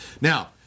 Now